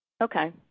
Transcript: Okay